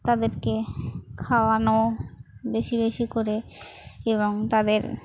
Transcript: তাদেরকে খাওয়ানোও বেশি বেশি করে এবং তাদের